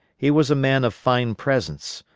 he was a man of fine presence,